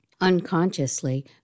Unconsciously